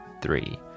three